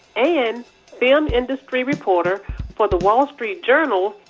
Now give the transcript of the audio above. and film industry reporter for the wall street journal,